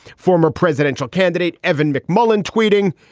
former presidential candidate evan mcmullin tweeting,